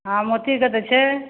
हँ मोतीके तऽ छै